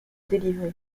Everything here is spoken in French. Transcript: délivrer